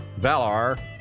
Valar